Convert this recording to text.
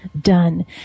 done